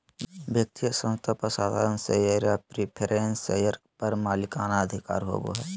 व्यक्ति या संस्था पर साधारण शेयर या प्रिफरेंस शेयर पर मालिकाना अधिकार होबो हइ